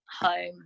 home